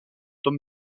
tom